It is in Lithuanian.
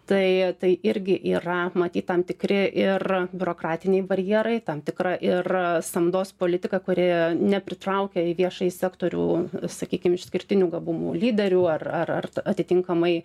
tai tai irgi yra matyt tam tikri ir biurokratiniai barjerai tam tikra ir samdos politika kuri nepritraukia į viešąjį sektorių sakykim išskirtinių gabumų lyderių ar ar atitinkamai